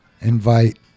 invite